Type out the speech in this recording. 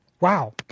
Wow